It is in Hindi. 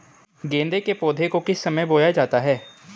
गेंदे के पौधे को किस समय बोया जाता है?